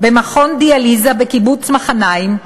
במכון הדיאליזה בקיבוץ מחניים,